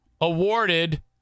awarded